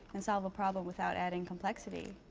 and solve a problem without adding complexity.